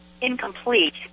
incomplete